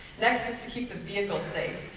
next is to keep the vehicle safe.